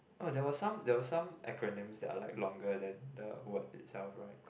oh there was some there was some acronym that are like longer then the words itself right